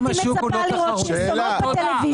אני הייתי מצפה לראות פרסומות בטלוויזיה